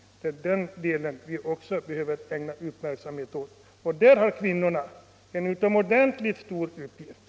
Den delen av försvaret behöver vi också ägna uppmärksamhet åt, och där har kvinnorna en utomordentligt stor uppgift.